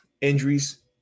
injuries